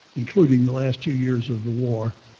including the last two years of the war,